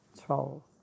Trolls